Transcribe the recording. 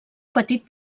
petit